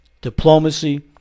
diplomacy